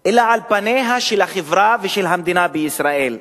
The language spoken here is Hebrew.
אלא על פניה של החברה ושל המדינה בישראל: